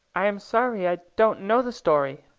i am sorry i don't know the story,